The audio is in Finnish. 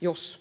jos